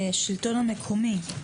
השלטון המקומי,